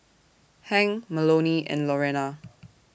Hank Melonie and Lorena